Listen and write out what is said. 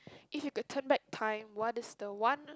if you got turn back time what is the one